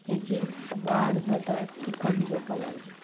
तांची वाड जाता ती कमी जावपाक लागली